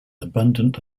abundant